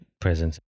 presence